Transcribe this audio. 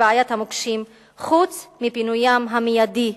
לבעיית המוקשים חוץ מפינוים המיידי,